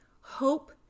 Hope